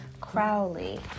Crowley